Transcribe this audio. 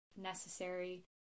necessary